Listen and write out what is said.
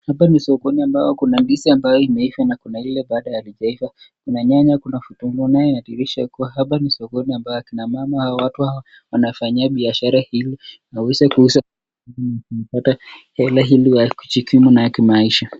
Hapa ni sokoni ambapo kuna ndizi ambayo imeiva na kuna ile bado halijaiva, kuna nyanya, kuna vitu vingine inadhirisha akuwa hapa ni sokoni ambapo kina mama watu hawa wanafanyia biashara ili waweze kuuza na kupata hela ili kujikimu hata maisha.